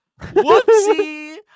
Whoopsie